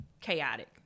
chaotic